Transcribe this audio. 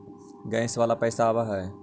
Gas वाला पैसा आव है?